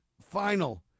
final